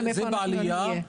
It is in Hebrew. זה בעלייה,